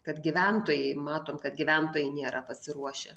kad gyventojai matom kad gyventojai nėra pasiruošę